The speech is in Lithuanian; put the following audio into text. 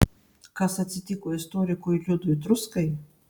kas atsitiko istorikui liudui truskai